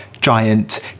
giant